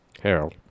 Harold